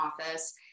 office